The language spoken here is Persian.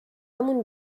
مون